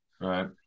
Right